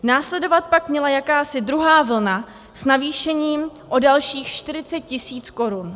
Následovat pak měla jakási druhá vlna s navýšením o dalších 40 tisíc korun.